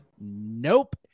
Nope